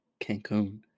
Cancun